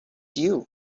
you